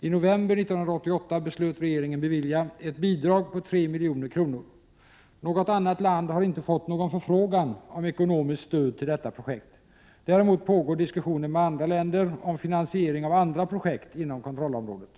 I november 1988 beslöt regeringen att bevilja ett bidrag på 3 milj.kr. Något annat land har inte fått någon förfrågan om ekonomiskt stöd till detta projekt. Däremot pågår diskussioner med andra länder om finansiering av andra projekt inom kontrollområdet.